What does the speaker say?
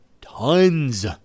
tons